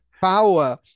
power